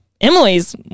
Emily's